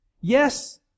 Yes